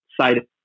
side